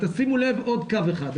אבל תשימו לב עוד קו אחד.